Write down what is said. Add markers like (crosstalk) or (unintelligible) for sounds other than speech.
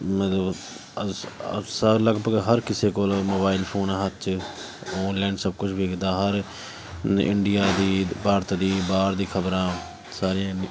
ਮਤਲਬ (unintelligible) ਲਗਭਗ ਹਰ ਕਿਸੇ ਕੋਲ ਮੋਬਾਈਲ ਫੋਨ ਆ ਹੱਥ 'ਚ ਔਨਲਾਈਨ ਸਭ ਕੁਝ ਵੇਖਦਾ ਹਰ ਇੰਡੀਆ ਦੀਆਂ ਭਾਰਤ ਦੀਆਂ ਬਾਹਰ ਦੀਆਂ ਖਬਰਾਂ ਸਾਰੀਆਂ